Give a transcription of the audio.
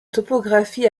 topographie